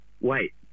wait